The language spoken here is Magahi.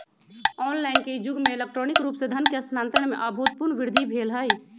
ऑनलाइन के इ जुग में इलेक्ट्रॉनिक रूप से धन के स्थानान्तरण में अभूतपूर्व वृद्धि भेल हइ